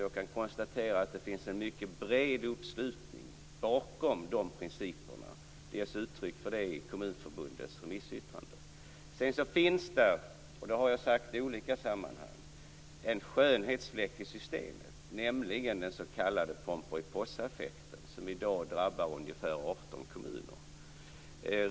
Jag kan konstatera att det finns en mycket bred uppslutning bakom de principerna. Det ges uttryck för det i Sedan finns det - och det har jag sagt i olika sammanhang - en skönhetsfläck i systemet, nämligen den s.k. pomperipossaeffekten som i dag drabbar ungefär 18 kommuner.